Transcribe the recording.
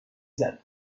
زدن